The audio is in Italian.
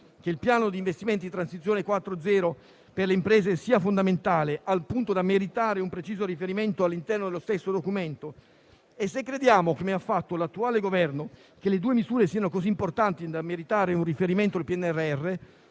che il Piano di investimenti Transizione 4.0 per le imprese sia fondamentale (al punto da meritare un preciso riferimento all'interno dello stesso documento); se crediamo - come ha fatto l'attuale Governo - che le due misure siano così importanti da meritare un riferimento nel PNRR,